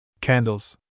Candles